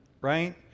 right